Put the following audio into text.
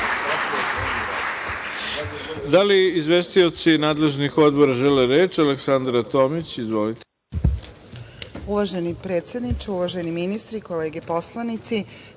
Da li izvestioci nadležnih odbora žele reč? Reč ima Aleksandra Tomić. Izvolite.